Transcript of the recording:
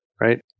right